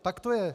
Tak to je.